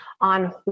on